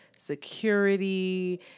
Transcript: security